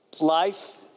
life